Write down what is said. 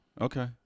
Okay